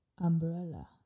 umbrella